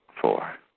Four